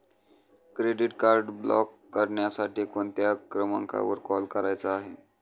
Credit card block करण्यासाठी कोणत्या क्रमांकावर कॉल करायचा आहे?